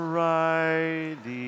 righty